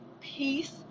peace